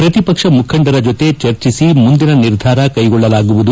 ಪ್ರತಿಪಕ್ಷ ಮುಖಂಡರ ಜತೆ ಚರ್ಚಿಸಿ ಮುಂದಿನ ನಿರ್ಧಾರ ಕೈಗೊಳ್ಳಲಾಗುವುದು